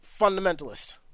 fundamentalist